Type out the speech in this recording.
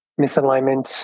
Misalignment